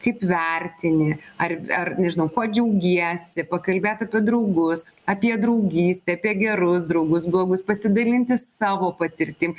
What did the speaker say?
kaip vertini ar ar nežinau ko džiaugiesi pakalbėt apie draugus apie draugystę apie gerus draugus blogus pasidalinti savo patirtim